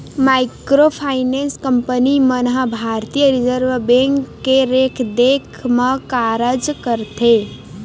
micro finance company मन ह भारतीय रिजर्व बेंक के देखरेख म कारज करथे